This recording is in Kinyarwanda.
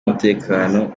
umutekano